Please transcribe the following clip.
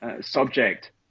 subject